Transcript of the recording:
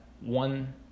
one